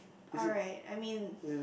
alright I mean